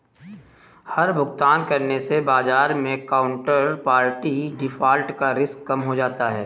हर भुगतान करने से बाजार मै काउन्टरपार्टी डिफ़ॉल्ट का रिस्क कम हो जाता है